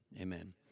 Amen